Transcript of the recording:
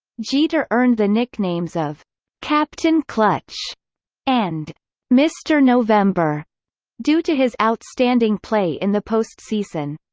jeter earned the nicknames of captain clutch and mr. november due to his outstanding play in the postseason.